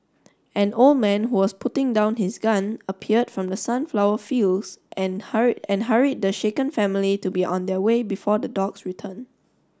an old man who was putting down his gun appeared from the sunflower fields and hurry and hurried the shaken family to be on their way before the dogs return